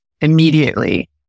immediately